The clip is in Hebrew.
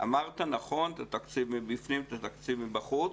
אמרתי נכון, את התקציב מבפנים, התקציב מבחוץ.